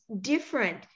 different